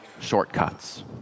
shortcuts